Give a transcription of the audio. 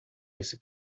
esse